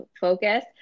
focus